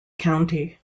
county